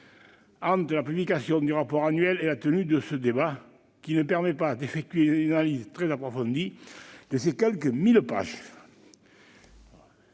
-entre la publication du rapport annuel et la tenue de ce débat : elle qui ne permet pas d'effectuer une analyse très approfondie de ses quelque mille pages.